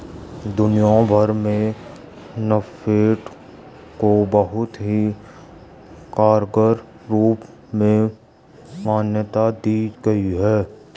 दुनिया भर में नेफ्ट को बहुत ही कारगर रूप में मान्यता दी गयी है